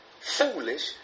foolish